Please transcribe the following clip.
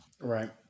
Right